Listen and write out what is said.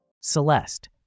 Celeste